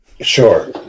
Sure